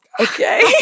okay